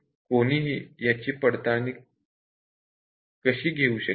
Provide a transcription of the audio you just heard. कोणीही याची कशी पडताळणी घेऊ शकेल